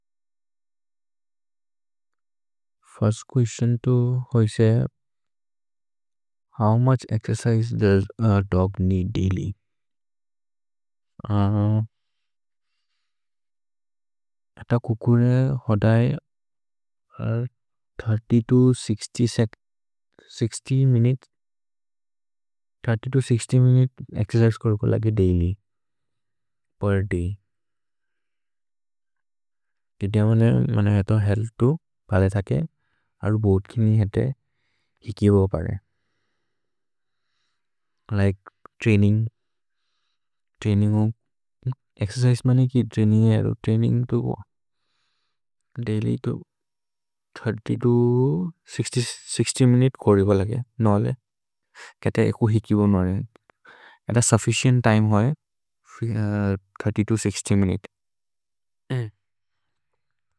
First question तु होइसे, how much exercise does a dog need daily?. अत कुकुरे होदये तो मिनुते एक्सेर्चिसे कर्को लगे दैल्य् पेर् दय्। किति अमने मन हेतो हेअल्थ् तु भले थके, अरु बोध् किनि हेते हिकिबोबरे। लिके त्रैनिन्ग्, एक्सेर्चिसे मनि कि त्रैनिन्ग्, त्रैनिन्ग् तु दैल्य् तु तो मिनुते करिबो लगे। नोले कते एकु हिकिबोबो नोले, कते सुफ्फिचिएन्त् तिमे होये तो मिनुते।